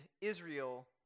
Israel